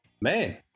Man